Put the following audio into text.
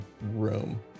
room